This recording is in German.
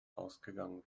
ausgegangen